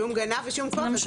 שום גנב ושום כובע.